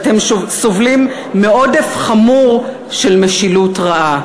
אתם סובלים מעודף חמור של משילות רעה.